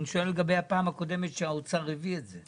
אני שואל לגבי הפעם הקודמת שהאוצר הביא את זה.